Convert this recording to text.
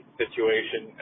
situation